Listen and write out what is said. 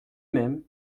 même